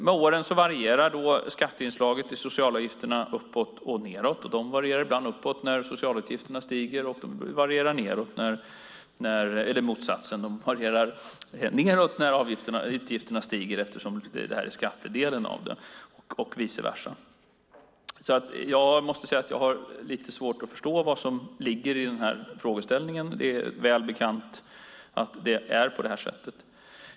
Med åren varierar skatteinslaget i socialavgifterna uppåt och nedåt. De varierar nedåt när socialutgifterna stiger, eftersom det här är skattedelen av det, och vice versa. Jag måste säga att jag har lite svårt att förstå vad som ligger i frågeställningen. Det är väl bekant att det är på det här sättet.